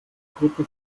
gruppe